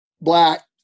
Black